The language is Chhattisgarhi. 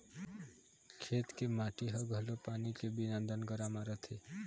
खेत के माटी ह घलोक पानी के बिना दनगरा मारत हे